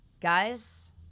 guys